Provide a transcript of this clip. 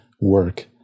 work